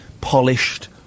polished